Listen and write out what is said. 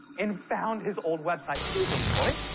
and found his old website. please enjoy.